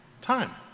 time